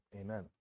Amen